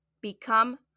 Become